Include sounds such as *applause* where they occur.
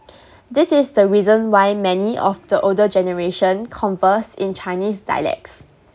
*breath* this is the reason why many of the older generation converse in chinese dialects